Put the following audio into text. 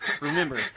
Remember